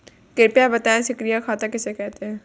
कृपया बताएँ सक्रिय खाता किसे कहते हैं?